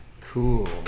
Cool